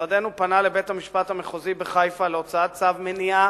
משרדנו פנה לבית-המשפט המחוזי בחיפה להוצאת צו מניעה